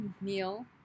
meal